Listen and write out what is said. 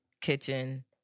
kitchen